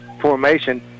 formation